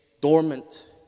dormant